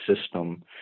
system